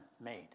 made